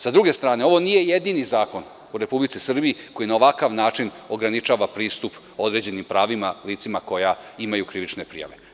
S druge strane, ovo nije jedini zakon u Republici Srbiji koji na ovakav način ograničava pristup određenim pravima licima koja imaju krivične prijave.